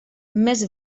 més